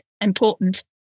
important